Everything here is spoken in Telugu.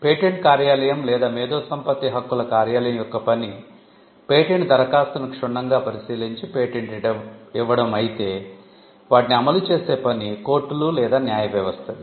పేటెంట్ కార్యాలయం లేదా మేధో సంపత్తి హక్కుల కార్యాలయం యొక్క పని పేటెంట్ దరఖాస్తును క్షుణ్ణంగా పరిశీలించి పేటెంట్ ఇవ్వడం అయితే వాటిని అమలు చేసే పని కోర్టులు లేదా న్యాయ వ్యవస్థది